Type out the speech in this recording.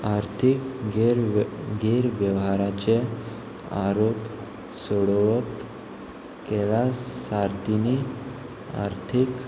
आर्थीक गेर वे गेर वेव्हाराच्या आरोग्य सोडोवप कैला सार्थी सार्थींनी आर्थीक